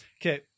Okay